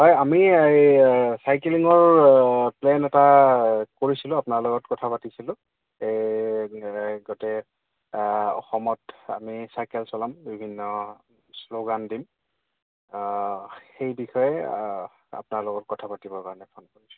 হয় আমি এই চাইকেলিঙৰ প্লেন এটা কৰিছিলোঁ আপোনাৰ লগত কথা পাতিছিলোঁ এই গোটেই অসমত আমি চাইকেল চলাম বিভিন্ন শ্লোগান দিম সেই বিষয়ে আপোনাৰ লগত কথা পাতিবৰ কাৰণে ফোন কৰিছোঁ